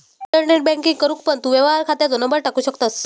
internet banking करूक पण तू व्यवहार खात्याचो नंबर टाकू शकतंस